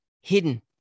hidden